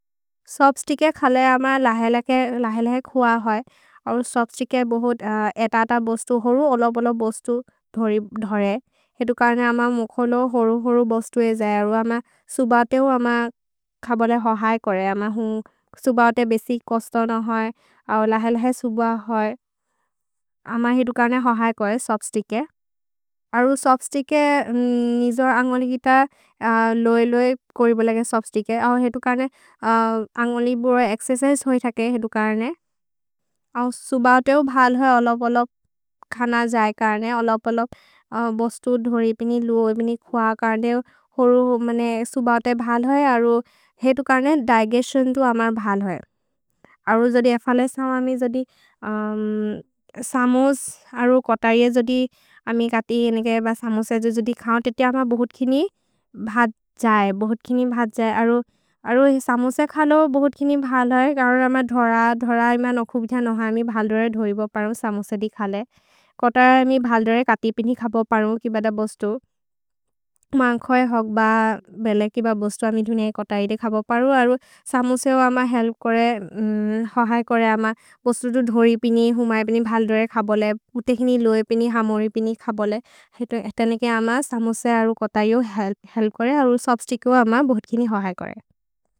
सोब्स्तिक् ए खले अम लहेल्हेक् हुअ होइ। अरु सोब्स्तिक् ए बहुत् एत-एत बोस्तु होरु, ओलो-ओलो बोस्तु धरे। हेतु कर्ने अम मुखोलो होरु-होरु बोस्तु ए जये। अरु अम सुबाते हु अम ख बोले होहै कोरे। अम हु सुबाते बेसि कोस्तोन होइ। अरु लहेल्हेक् सुब होइ। अम हितु कर्ने होहै कोरे, सोब्स्तिक् ए। अरु सोब्स्तिक् ए निजोर् अन्गोलि कित लोइ-लोइ कोरि बोलेके सोब्स्तिक् ए। अरु हितु कर्ने अन्गोलि बोले एक्स्चेस्सेस् होइ थके हितु कर्ने। अरु सुबाते हो भल् होइ। ओलो-ओलो खन जये कर्ने। ओलो-ओलो बोस्तु धरे, बिनि लू, बिनि खुअ। कर्ने होरो सुबाते भल् होइ। अरु हितु कर्ने दिगेस्तिओन् तु अमर् भल् होइ। अरु जोदि ए फले समु। अमि जोदि समोस् अरु कोतरि ए जोदि। अमि कति समोस् ए जोदि खौ। तेति अम बहुत् किनि भत् जये। भहुत् किनि भत् जये। अरु समुसे खलो बहुत् किनि भल् होइ। कर्ने अम धोर। धोर इमन् ओकु बिध नह। अमि भल् धोरे धोयि बो परु समुसे दि खले। कोतरि अमि भल् धोरे कति बिनि खौ परु। किबद बोस्तु। मन्खो ए होग्ब। भेले किबद बोस्तु अमि धुने कोतरि दे खौ परु। अरु समुसे हो अम हेल्प् कोरे। होहै कोरे अम बोस्तु तु धोरि बिनि। हुमए बिनि भल् धोरे खौ बोले। उते हिनि लोए बिनि। हमोरि बिनि खौ बोले। हेतो एह्त नेके अम समुसे अरु कोतरि हो हेल्प् कोरे। अरु सोफ्त् स्तिच्क् हो अम बहुत् किनि होहै कोरे।